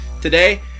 today